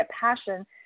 passion